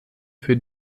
für